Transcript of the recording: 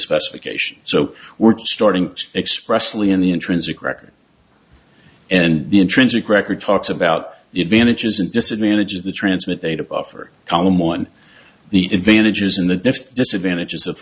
specification so we're starting expressly in the intrinsic record and the intrinsic record talks about the advantages and disadvantages of the transmit data buffer column on the advantages and the disadvantages of